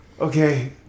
Okay